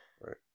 Right